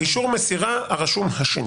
האישור מסירה הרשום השני.